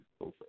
over